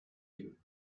you